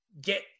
get